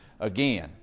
again